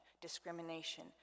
discrimination